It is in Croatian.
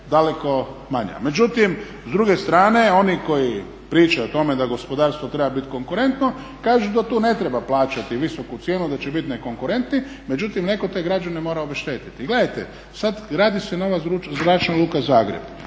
daleko manja. Međutim, s druge strane oni koji pričaju o tome da gospodarstvo treba biti konkurentno kažu da tu ne treba plaćati visoku cijenu, da će biti nekonkurentni, međutim netko te građane mora obeštetiti. Gledajte, sad gradi se nova Zračna luka Zagreb,